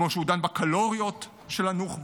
כמו שהוא דן בקלוריות של הנוח'בות,